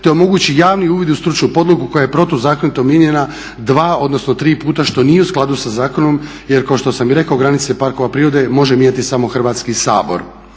te omogući javni uvid u stručnu podlogu koja je protuzakonito mijenjana 2 odnosno 3 puta što nije u skladu sa zakonom jer kao što sam i rekao granice parkova prirode može mijenjati samo Hrvatski sabor.